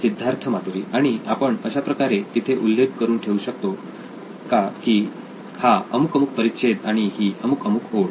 सिद्धार्थ मातुरी आणि आपण अशाप्रकारे तिथे उल्लेख करून ठेवू शकतो का की हा अमुक अमुक परिच्छेद आणि ही अमुक अमुक ओळ